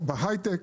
בהייטק,